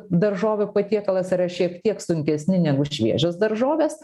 daržovių patiekalas yra šiek tiek sunkesni negu šviežios daržovės